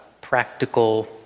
practical